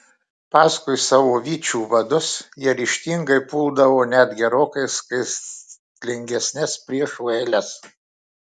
paskui savo vyčių vadus jie ryžtingai puldavo net gerokai skaitlingesnes priešų eiles